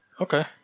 Okay